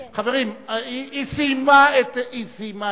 חברים, היא סיימה את זמנה,